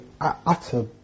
utter